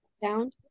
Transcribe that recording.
Sound